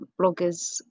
bloggers